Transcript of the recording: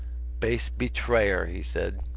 base betrayer! he said.